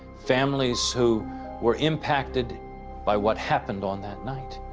families who were impacted by what happened on that night